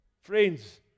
Friends